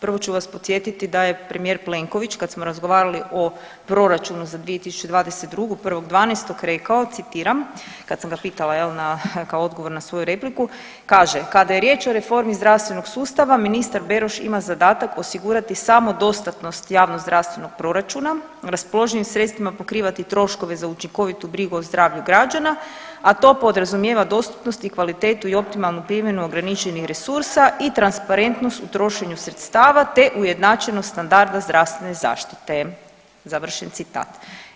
Prvo ću vas podsjetiti da je premijer Plenković kad smo razgovarali o proračunu za 2022. 1.12. rekao, citiram, kad sam ga pitala jel na, kao odgovor na svoju repliku, kaže, kada je riječ o reformi zdravstvenog sustava ministar Beroš ima zadatak osigurati samodostatnost javnozdravstvenog proračuna, raspoloživim sredstvima pokrivati troškove za učinkovitu brigu o zdravlju građana, a to podrazumijeva dostupnost i kvalitetu i optimalnu primjenu ograničenih resursa i transparentnost u trošenju sredstava te ujednačenost standarda zdravstvene zaštite, završen citat.